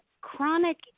chronic